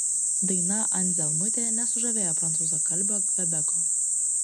daina anzelmutė nesužavėjo prancūzakalbio kvebeko